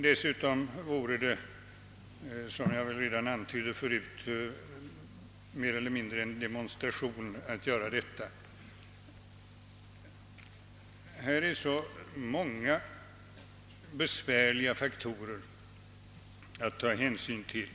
Dessutom vore det, som jag redan antydde tidigare, mer eller mindre en (demonstration att yrka avslag. Här är så många besvärliga faktorer att ta hänsyn till.